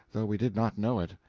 though we did not know it.